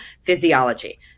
physiology